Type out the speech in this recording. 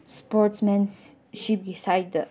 ꯏꯁꯄꯣꯔꯠꯁꯃꯦꯟꯁꯤꯞꯀꯤ ꯁꯥꯏꯠꯇ